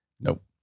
nope